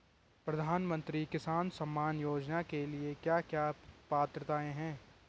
प्रधानमंत्री किसान सम्मान योजना के लिए क्या क्या पात्रताऐं हैं?